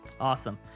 Awesome